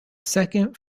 second